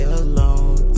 alone